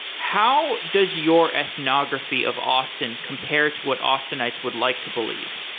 how does your ethnography of austin compare to what austinites would like to believe?